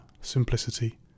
simplicity